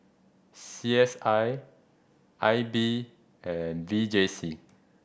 C S I I B and V J C